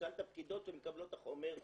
תשאל את הפקידות שמקבלות את החומר,